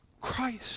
Christ